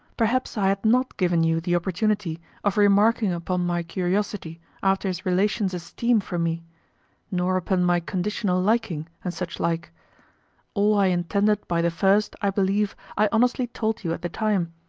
perhaps i had not given you the opportunity of remarking upon my curiosity after his relations' esteem for me nor upon my conditional liking, and such-like. all i intended by the first, i believe, i honestly told you at the time.